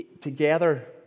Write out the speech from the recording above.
together